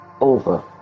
over